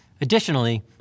Additionally